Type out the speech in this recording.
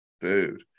dude